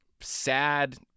sad